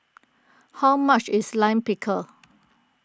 how much is Lime Pickle